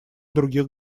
других